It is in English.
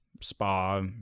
spa